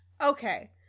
Okay